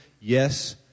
yes